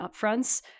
upfronts